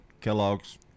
Kellogg's